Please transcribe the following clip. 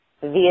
via